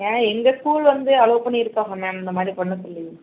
ஆ எங்கள் ஸ்கூல் வந்து அலோவ் பண்ணியிருக்காங்க மேம் இந்தமாதிரி பண்ண சொல்லி